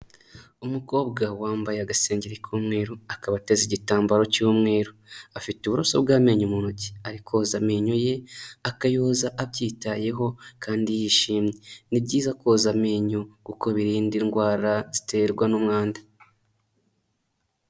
Umukobwa wambaye agasengeri k'umweru, akaba ateza igitambaro cy'umweru. Afite uburoso bw'amenyo mu ntoki ari koza amenyo ye, akayoza abyitayeho kandi yishimye. Ni byiza koza amenyo kuko birinda indwara ziterwa n'umwanda.